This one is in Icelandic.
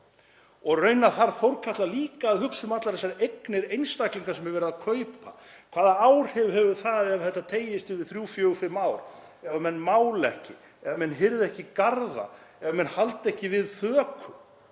Raunar þarf Þórkatla líka að hugsa um allar þessar eignir einstaklinga sem er verið að kaupa. Hvaða áhrif hefur það ef þetta teygist yfir þrjú, fjögur, fimm ár ef menn mála ekki, ef menn hirða ekki garða, ef menn halda ekki við þökum?